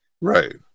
Right